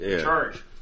charge